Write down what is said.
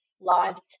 lives